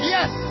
Yes